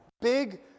big